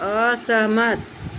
असहमत